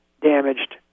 damaged